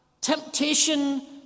temptation